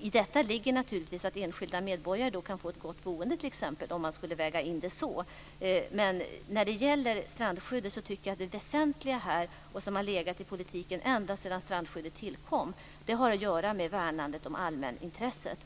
I detta ligger naturligtvis att enskilda medborgare kan få ett gott boende, t.ex. När det gäller strandskyddet tycker jag att det väsentliga, som politiken har velat uppnå ända sedan strandskyddet tillkom, är värnandet om allmänintresset.